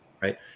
right